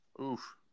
Oof